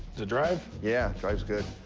does it drive? yeah, it drives good.